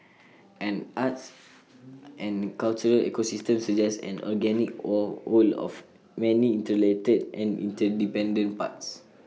an arts and cultural ecosystem suggests an organic all whole of many interrelated and interdependent parts